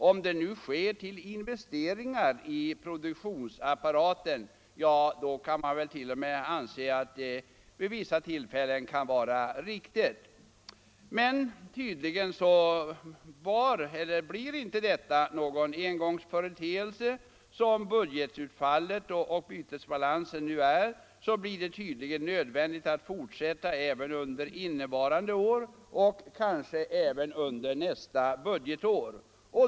Om det sker till investeringar i produktionsapparaten kan man t.o.m. anse att det vid vissa tillfällen är riktigt. Men tydligen blir inte detta någon engångsföreteelse. Som budgetutfallet och bytesbalansen nu är så blir det tydligen nödvändigt att fortsätta även under innevarande och kanske även nästa budgetår.